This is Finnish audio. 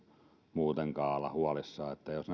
muutenkaan olla huolissaan jos